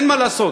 אין מה לעשות,